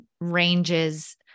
ranges